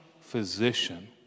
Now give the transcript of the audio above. physician